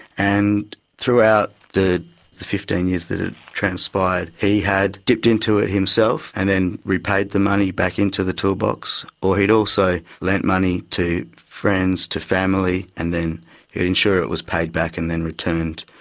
and throughout the fifteen years that had transpired he had dipped into it himself and then repaid the money back into the toolbox, or he'd also lent money to friends, to family, and then he'd ensure it was paid back and then returned.